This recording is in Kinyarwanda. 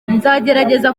nzagerageraza